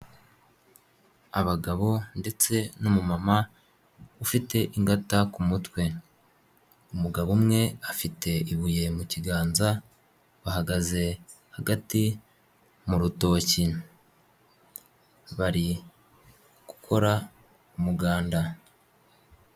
Abagabo ndetse n'umumama ufite ingata ku mutwe, umugabo umwe afite ibuye mu kiganza bahagaze hagati mu rutoki bari gukora umuganda.